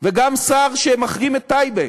וגם שר שמחרים את טייבה,